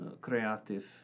Creative